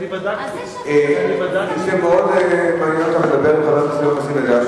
זה מאוד מעניין אותך לדבר עם חבר הכנסת יואל חסון,